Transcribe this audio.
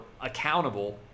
accountable